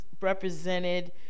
represented